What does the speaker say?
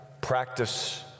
Practice